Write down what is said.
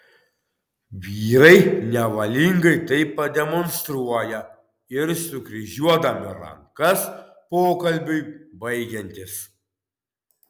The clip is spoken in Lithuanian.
vyrai nevalingai tai pademonstruoja ir sukryžiuodami rankas pokalbiui baigiantis